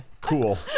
Cool